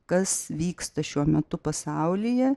kas vyksta šiuo metu pasaulyje